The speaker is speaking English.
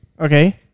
Okay